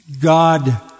God